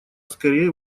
скорее